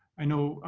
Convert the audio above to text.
i know,